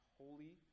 holy